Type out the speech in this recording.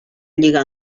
lliga